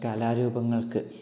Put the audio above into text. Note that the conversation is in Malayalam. കലാരൂപങ്ങൾക്ക്